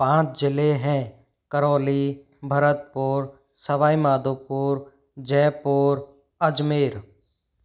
पाँच ज़िले हैं करौली भरतपुर सवाई माधोपुर जयपुर अजमेर